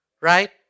Right